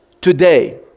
today